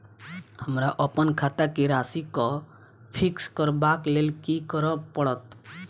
हमरा अप्पन खाता केँ राशि कऽ फिक्स करबाक लेल की करऽ पड़त?